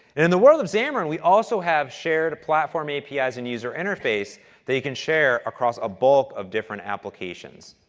in the world of xamarin, we also have shared platform apis and user interface that you can share across a bulk of different applications.